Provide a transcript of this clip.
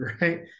right